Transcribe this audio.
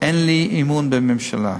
אין לי אמון בממשלה.